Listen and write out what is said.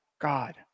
God